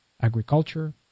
agriculture